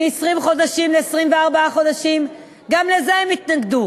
מ-20 חודשים ל-24 חודשים, גם לזה הם התנגדו.